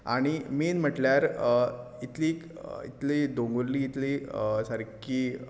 आनी मैन म्हटल्यार इतलीं इतलीं दोंगुल्लीं इतलीं सारकीं